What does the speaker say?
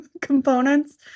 components